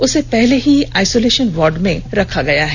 उसे पहले ही आइसोलेशन वार्ड में रखा गया है